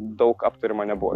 daug aptariama nebuvo